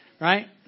right